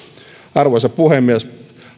arvoisa puhemies